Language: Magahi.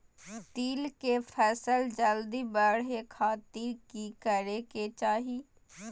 तिल के फसल जल्दी बड़े खातिर की करे के चाही?